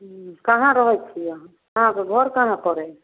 उ कहाँ रहै छियै अहाँ अहाँके घर कहाँपर अइ